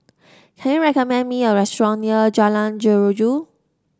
can you recommend me a restaurant near Jalan Jeruju